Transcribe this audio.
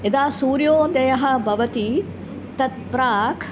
यदा सूर्योदयः भवति तत् प्राक्